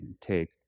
take